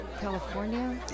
California